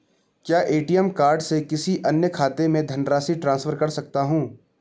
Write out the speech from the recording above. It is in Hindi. क्या ए.टी.एम कार्ड से किसी अन्य खाते में धनराशि ट्रांसफर कर सकता हूँ?